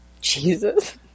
Jesus